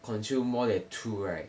consume more than two right